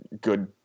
good